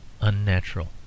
unnatural